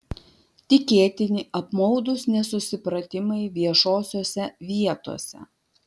tikėtini apmaudūs nesusipratimai viešosiose vietose